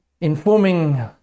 informing